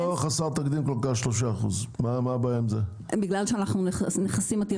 3% זה לא כל כך חסר תקדים.